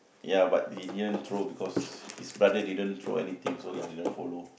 ya but he didn't throw because his brother didn't throw anything so he didn't follow